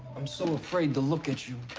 i'm so afraid to look at you.